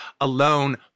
alone